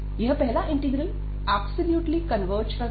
यह पहला integral absolutely converge करता है